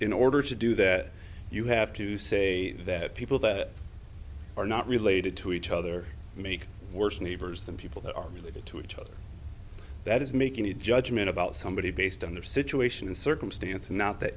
in order to do that you have to say that people that are not related to each other make worse neighbors than people that are related to each other that is making a judgment about somebody based on their situation and circumstance and not th